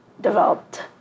developed